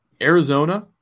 Arizona